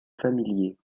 familier